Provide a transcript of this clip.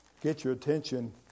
get-your-attention